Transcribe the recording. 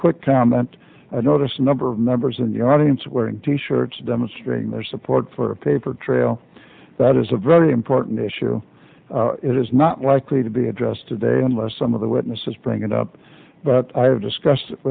quick comment i noticed a number of members in the audience wearing t shirts demonstrating their support for a paper trail that is a very important issue it is not likely to be addressed today unless some of the witnesses bring it up but i have discussed wit